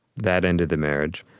that ended the marriage.